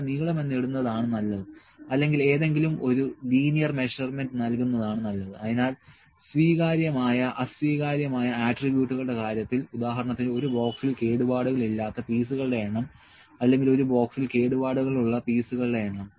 ഇവിടെ നീളം എന്ന് ഇടുന്നത് ആണ് നല്ലത് അല്ലെങ്കിൽ ഏതെങ്കിലും ഒരു ലീനിയർ മെഷർമെന്റ് നൽകുന്നതാണ് നല്ലത് അതിനാൽ സ്വീകാര്യമായ അസ്വീകാര്യമായ ആട്രിബ്യൂട്ടുകളുടെ കാര്യത്തിൽ ഉദാഹരണത്തിന് ഒരു ബോക്സിൽ കേടുപാടുകൾ ഇല്ലാത്ത പീസുകളുടെ എണ്ണം അല്ലെങ്കിൽ ഒരു ബോക്സിൽ കേടുപാടുകൾ ഉള്ള പീസുകളുടെ എണ്ണം